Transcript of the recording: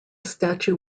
statue